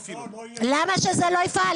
למה שזה לא יפעל?